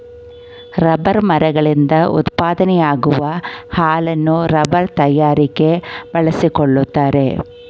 rubber ಮರಗಳಿಂದ ಉತ್ಪಾದನೆಯಾಗುವ ಹಾಲನ್ನು ರಬ್ಬರ್ ತಯಾರಿಕೆ ಬಳಸಿಕೊಳ್ಳುತ್ತಾರೆ